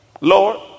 Lord